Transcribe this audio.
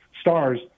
stars